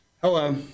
Hello